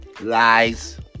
Lies